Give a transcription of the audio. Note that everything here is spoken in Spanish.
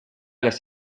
las